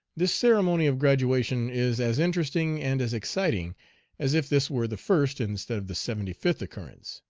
this ceremony of graduation is as interesting and as exciting as if this were the first, instead of the seventy-fifth occurrence.